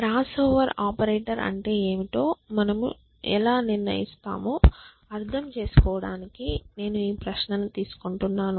crossover operator అంటే ఏమిటో మనము ఎలా నిర్ణయిస్తామో అర్థం చేసుకోవడానికి నేను ఈ ప్రశ్నను తీసుకుంటాను